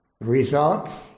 Results